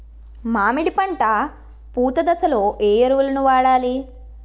మామిడి పంట పూత దశలో ఏ ఎరువులను వాడాలి?